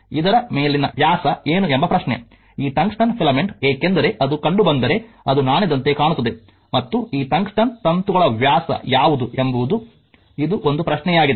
ಇದರ ಮೇಲಿನ ವ್ಯಾಸ ಏನು ಎಂಬ ಪ್ರಶ್ನೆ ಈ ಟಂಗ್ಸ್ಟನ್ ಫಿಲಮೆಂಟ್ ಏಕೆಂದರೆ ಅದು ಕಂಡುಬಂದರೆ ಅದು ನಾಣ್ಯದಂತೆ ಕಾಣುತ್ತದೆ ಮತ್ತು ಈ ಟಂಗ್ಸ್ಟನ್ ತಂತುಗಳ ವ್ಯಾಸ ಯಾವುದು ಎಂಬುದು ಇದು ಒಂದು ಪ್ರಶ್ನೆಯಾಗಿದೆ